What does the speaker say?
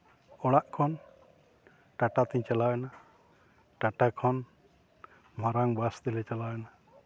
ᱚᱲᱟᱜ ᱠᱷᱚᱱ ᱴᱟᱴᱟᱛᱮᱧ ᱪᱟᱞᱟᱣᱮᱱᱟ ᱴᱟᱴᱟ ᱠᱷᱚᱱ ᱢᱟᱨᱟᱝ ᱵᱟᱥ ᱛᱮᱞᱮ ᱪᱟᱞᱟᱣᱮᱱᱟ